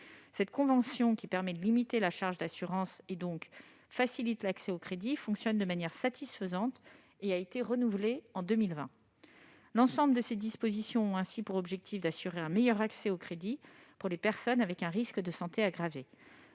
Cette convention, qui permet de limiter la charge d'assurance et donc de faciliter l'accès au crédit, fonctionne de manière satisfaisante et a été renouvelée en 2020. L'ensemble de ces dispositions a pour objectif d'assurer un meilleur accès au crédit pour les personnes avec un risque de santé aggravé.